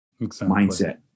Mindset